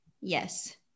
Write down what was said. yes